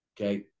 okay